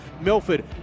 Milford